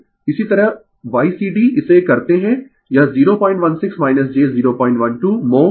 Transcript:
इसी तरह Ycd इसे करते है यह 016 j 012 म्हो होगा